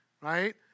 Right